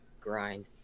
grind